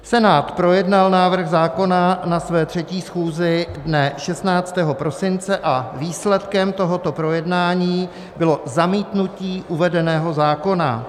Senát projednal návrh zákona na své 3. schůzi dne 16. prosince a výsledkem tohoto projednání bylo zamítnutí uvedeného zákona.